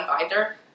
binder